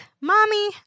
Mommy